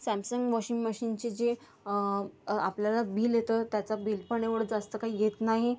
Samsung washing मशीनचे जे आपल्याला बिल येतं त्याचं बिल पण एवढं जास्त काय येत नाही